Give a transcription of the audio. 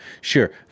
sure